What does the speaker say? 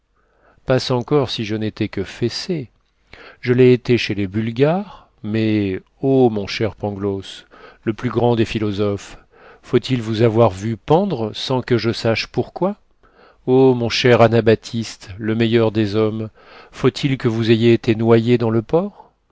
passe encore si je n'étais que fessé je l'ai été chez les bulgares mais ô mon cher pangloss le plus grand des philosophes faut-il vous avoir vu pendre sans que je sache pourquoi ô mon cher anabaptiste le meilleur des hommes faut-il que vous ayez été noyé dans le port